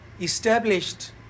established